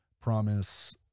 promise